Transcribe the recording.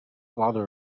father